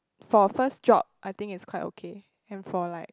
for first job I think it's quite okay and for like